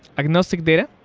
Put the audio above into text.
agnostic data.